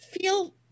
feel